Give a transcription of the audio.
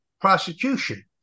prosecution